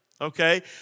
okay